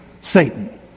Satan